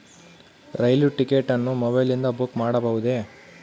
ರೈಲು ticket ಅನ್ನು ಮೊಬೈಲಿಂದ book ಮಾಡಬಹುದೆ?